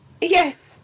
yes